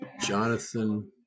Jonathan